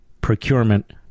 Procurement